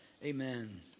amen